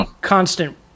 constant